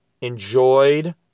enjoyed